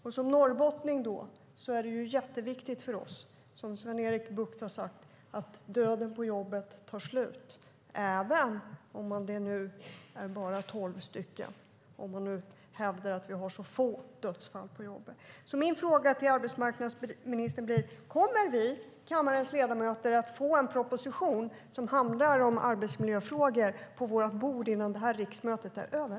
För oss norrbottningar är det jätteviktigt, som Sven-Erik Bucht har sagt, att det blir ett slut för dödsfallen på jobbet, även om det är bara tolv och man hävdar att vi har så få dödsfall på jobbet. Min fråga till arbetsmarknadsministern blir: Kommer kammarens ledamöter att få en proposition som handlar om arbetsmiljöfrågor på bordet innan detta riksmöte är slut?